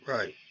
Right